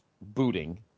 booting